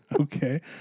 Okay